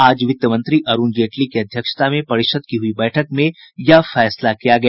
आज वित्त मंत्री अरूण जेटली की अध्यक्षता में परिषद् की हुई बैठक में यह फैसला किया गया